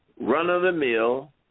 run-of-the-mill